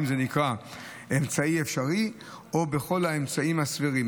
אם זה נקרא אמצעי אפשרי או כל האמצעים הסבירים.